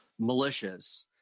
militias